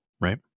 right